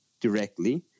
directly